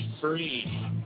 free